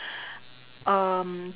um